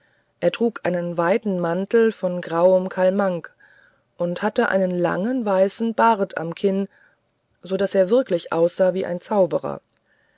kopfe trug einen weiten mantel von grauem kalmank und hatte einen langen weißen bart am kinn so daß er wirklich aussah wie ein zauberer